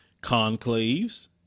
conclaves